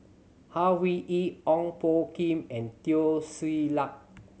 Au Hing Yee Ong Poh Kim and Teo Ser Luck